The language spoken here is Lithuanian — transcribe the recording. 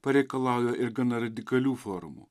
pareikalauja ir gana radikalių formų